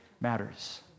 matters